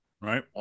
Right